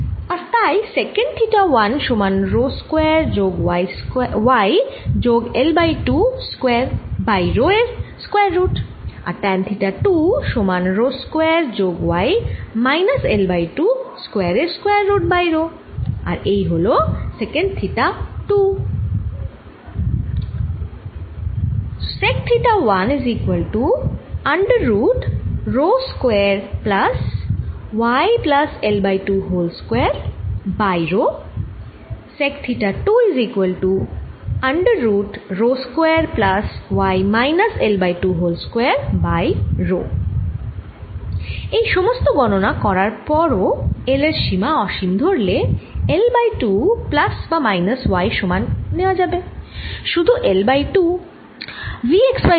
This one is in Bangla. আর তাই সেক্যান্ট থিটা 1 সমান রো স্কোয়ার যোগ y যোগ L by 2 square by rho এর স্কোয়ার রুট আর ট্যান থিটা 2 সমান রো স্কোয়ার যোগ y minus L by 2 square এর স্কোয়ার রুট বাই রো আর এই হল সেক্যান্ট থিটা 2 এই সমস্ত গণনা করার পর ও L এর সীমা অসীম ধরলে L বাই 2 প্লাস বা মাইনাস y সমান নেওয়া যাবে শুধু L বাই 2